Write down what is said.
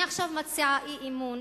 אני עכשיו מציעה אי-אמון